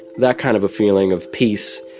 that kind of a feeling of peace